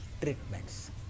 Treatments